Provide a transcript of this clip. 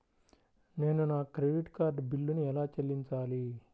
నేను నా credit card బిల్లును ఎలా చెల్లించాలీ?